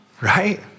Right